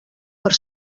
per